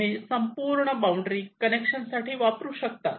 तुम्ही संपूर्ण boundary connection साठी वापरू शकतात